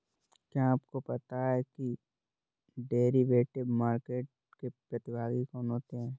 क्या आपको पता है कि डेरिवेटिव मार्केट के प्रतिभागी कौन होते हैं?